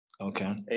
Okay